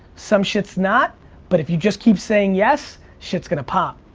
some shit's not but if you just keep saying yes shit's gonna pop.